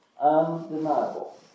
undeniable